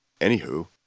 Anywho